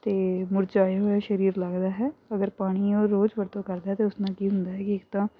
ਅਤੇ ਮੁਰਝਾਏ ਹੋਏ ਸਰੀਰ ਲੱਗਦਾ ਹੈ ਅਗਰ ਪਾਣੀ ਰੋਜ਼ ਵਰਤੋਂ ਕਰਦਾ ਤਾਂ ਉਸ ਨਾਲ ਕੀ ਹੁੰਦਾ ਕਿ ਇੱਕ ਤਾਂ